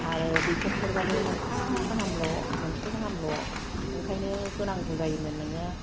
आरो दैखरफोरबाबो मोनफा गाहामल' मोनसे गहामल' ओंखायनो होनांगौ जायोमोन नोङो